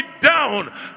down